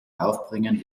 aufbringen